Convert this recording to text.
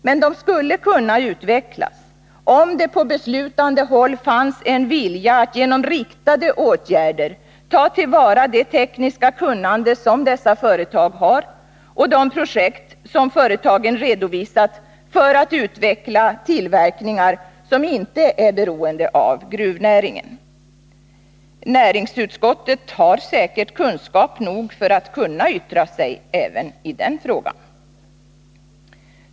Men de skulle kunna utvecklas, om det på beslutande håll fanns en vilja att genom riktade åtgärder ta till vara det tekniska kunnande som dessa företag har och de projekt som de redovisat för att utveckla tillverkningar som inte är beroende av gruvnäringen. Näringsutskottet har säkerligen kunskap nog för att kunna yttra sig även i dessa frågor.